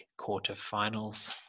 quarterfinals